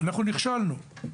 אנחנו נכשלנו.